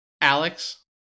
alex